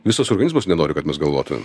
visas organizmas nenori kad mes galvotumėm